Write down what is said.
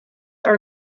are